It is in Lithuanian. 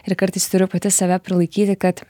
ir kartais turiu pati save prilaikyti kad